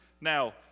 now